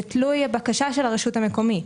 זה תלוי הבקשה של הרשות המקומית.